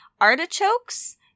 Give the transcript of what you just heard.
Artichokes